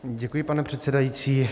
Děkuji, pane předsedající.